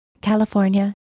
California